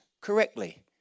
correctly